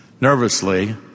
Nervously